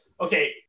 Okay